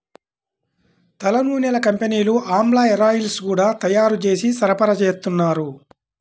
తలనూనెల కంపెనీలు ఆమ్లా హేరాయిల్స్ గూడా తయ్యారు జేసి సరఫరాచేత్తన్నారు